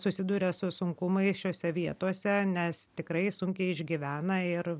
susiduria su sunkumais šiose vietose nes tikrai sunkiai išgyvena ir